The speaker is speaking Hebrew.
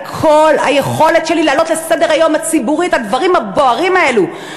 על כל היכולת שלי להעלות על סדר-היום הציבורי את הדברים הבוערים האלה.